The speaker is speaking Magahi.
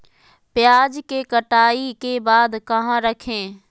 प्याज के कटाई के बाद कहा रखें?